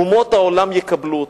אומות העולם יקבלו אותו.